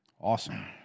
Awesome